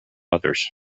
others